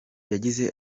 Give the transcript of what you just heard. yagize